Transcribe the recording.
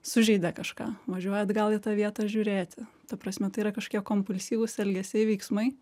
sužeidė kažką važiuoja atgal į tą vietą žiūrėti ta prasme tai yra kažkokie kompulsyvūs elgesiai veiksmai